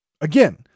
Again